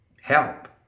Help